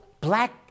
black